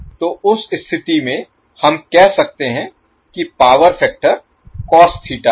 तो उस स्थिति में हम कह सकते हैं कि पावर फैक्टर कोस थीटा है